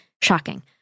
Shocking